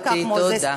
דיברת על כך, מוזס.